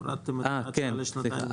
הורדתם את הדרישה לשנתיים?